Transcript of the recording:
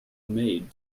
maid